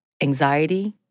anxiety